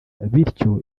bityo